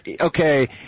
Okay